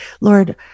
Lord